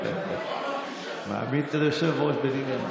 פניתי ליושב-ראש.